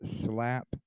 slap